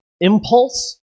impulse